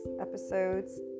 Episodes